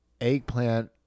Eggplant